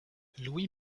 louis